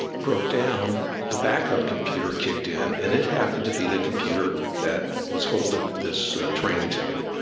broke down, the backup computer kicked in and it happened to be the computer that was holding this training tape.